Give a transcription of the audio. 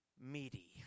meaty